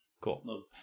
cool